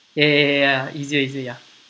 ya ya ya ya easier easy ya